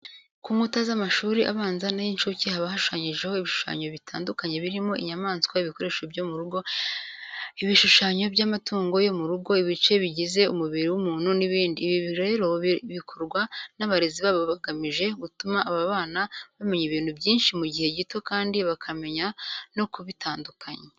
Ku nkuta z'amashuri abanza n'ay'incuke haba hashushanyijeho ibishushanyo bitandukanye birimo inyamaswa, ibikoresho byo mu rugo, ibishushanyo by'amatungo yo mu rugo, ibice bigize umubiri w'umuntu n'ibindi. Ibi rero bikorwa n'abarezi babo bagamije gutuma aba bana bamenya ibintu byinshi mu gihe gito kandi bakamenya no kubitandukanya.